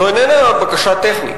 זו איננה בקשה טכנית,